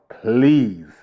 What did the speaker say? Please